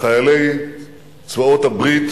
חיילי צבאות הברית